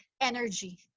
energy